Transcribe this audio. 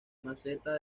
meseta